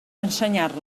ensenyar